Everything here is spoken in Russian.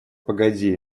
погоди